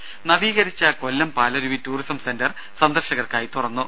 രും നവീകരിച്ച Kollam Palaruvi tourism centre സന്ദർശകർക്കായി തുറന്നു